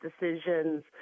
decisions